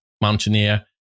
mountaineer